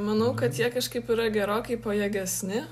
manau kad jie kažkaip yra gerokai pajėgesni